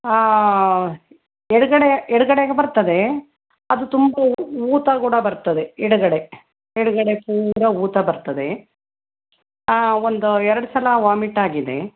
ಎಡಗಡೆ ಎಡಗಡೆಗೆ ಬರ್ತದೆ ಅದು ತುಂಬ ಊತ ಕೂಡ ಬರ್ತದೆ ಎಡಗಡೆ ಎಡಗಡೆ ಪೂರಾ ಊತ ಬರ್ತದೆ ಒಂದು ಎರಡು ಸಲ ವಾಮಿಟ್ ಆಗಿದೆ